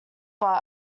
but